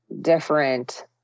different